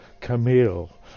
Camille